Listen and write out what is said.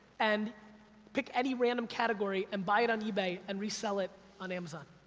and pick any random category and buy it on ebay and resell it on amazon.